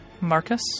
Marcus